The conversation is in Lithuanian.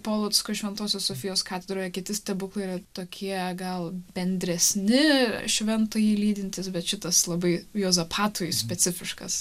polocko šventosios sofijos katedroje kiti stebuklai yra tokie gal bendresni šventąjį lydintys bet šitas labai juozapatui specifiškas